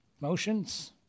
Motions